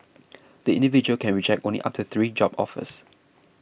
the individual can reject only up to three job offers